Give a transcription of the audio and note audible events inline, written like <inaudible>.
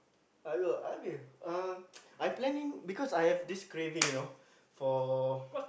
I will I mean uh <noise> I planning because I have this craving you know for